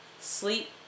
sleep